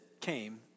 came